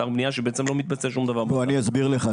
אתר בנייה שבעצם לא מתבצע שום דבר --- אני אסביר לך,